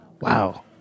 Wow